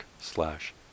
slash